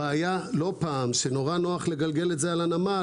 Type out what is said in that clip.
הבעיה היא שנוח מאוד לגלגל את זה על הנמל